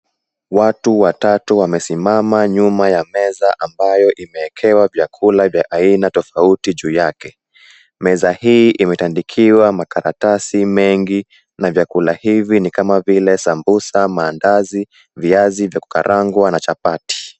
Watu watatu wamesimama nyuma ya meza ambayo imeekewa vyakula vya aina tofauti juu yake. Meza hii imetandikiwa makaratasi mengi na vyakula hivi ni kama vile sambusa, mandazi, viazi vya kukarangwa na chapati.